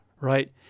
right